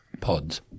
pods